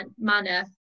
manner